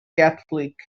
catholic